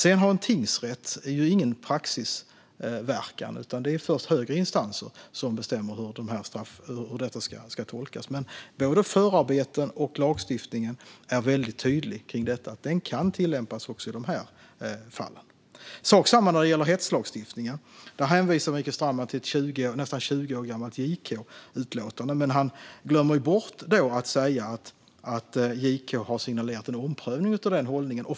En tingsrätt har ingen praxisverkan, utan det är först högre instanser som bestämmer hur detta ska tolkas. Men både förarbeten och lagstiftning är mycket tydliga i detta med att det kan tillämpas också i dessa fall. Detsamma gäller hetslagstiftningen. Här hänvisar Mikael Strandman till ett nästan 20 år gammalt JK-utlåtande. Han glömmer dock bort att säga att JK har signalerat en omprövning av denna hållning.